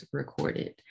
recorded